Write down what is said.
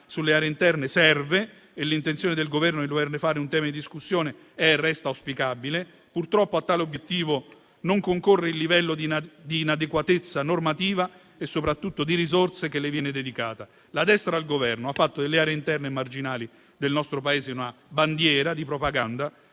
sulle aree interne serve e l'intenzione del Governo di doverne fare un tema di discussione è e resta auspicabile. Purtroppo, a tale obiettivo non concorre il livello di inadeguatezza normativa e, soprattutto, di risorse che gli viene dedicata. La destra al Governo ha fatto delle aree interne e marginali del nostro Paese una bandiera di propaganda,